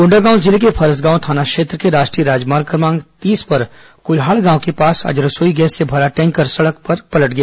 कोंडागांव जिले के फरसगांव थाना क्षेत्र के राष्ट्रीय राजमार्ग क्रमांक तीस पर कल्हाड गांव के पास आज रसोई गैस से भरा टैंकर सडक पर पलट गया